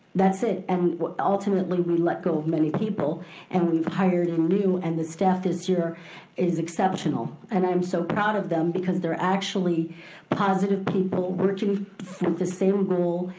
that's it. and ultimately we let go of many people and we've hired in new. and the staff this year is exceptional, and i'm so proud of them because they're actually positive people working for the same goal,